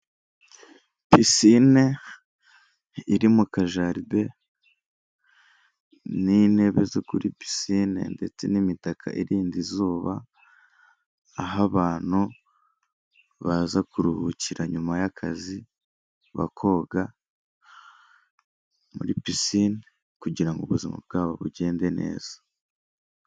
Abagabo batatu aho bicaye umwuka umwe akaba yambaye ikote ry'umukara ndetse akaba yambayemo n'ishati y'ubururu, abandi babiri bakaba bambaye amashati y'mweru, aho buri wese hari akarangururamajwi imbere ye wo hagati akaba ari we uri kuvuga.